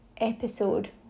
episode